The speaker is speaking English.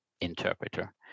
interpreter